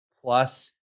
plus